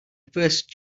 first